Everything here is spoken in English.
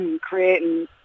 creating